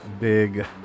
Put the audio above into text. big